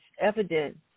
evident